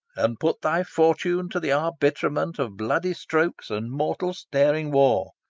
and put thy fortune to the arbitrement of bloody strokes and mortal-staring war.